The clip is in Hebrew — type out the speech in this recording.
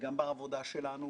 גם בעבודה שלנו